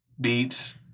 beats